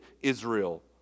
Israel